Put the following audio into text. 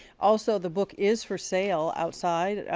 also the book is for sale, outside,